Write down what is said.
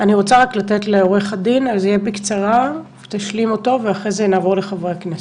אני רוצה לתת לעורך הדין להשלים אותו בקצרה ואחרי זה נעבור לחברי הכנסת.